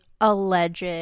alleged